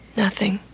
nothing